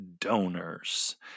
donors